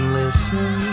listen